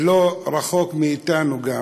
ולא רחוק מאתנו גם